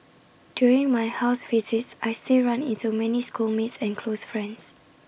during my house visits I still run into many schoolmates and close friends